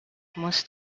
most